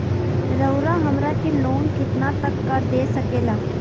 रउरा हमरा के लोन कितना तक का दे सकेला?